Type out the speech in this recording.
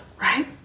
right